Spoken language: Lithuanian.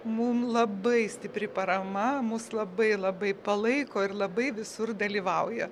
mum labai stipri parama mus labai labai palaiko ir labai visur dalyvauja